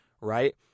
right